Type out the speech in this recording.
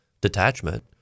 detachment